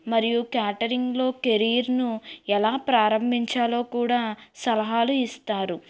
మరియు క్యాటరింగ్లో కెరీర్ను ఎలా ప్రారంభించాలో కూడా సలహాలు ఇస్తారు